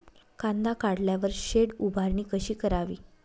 कांदा काढल्यावर शेड उभारणी कशी करावी?